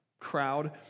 crowd